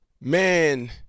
man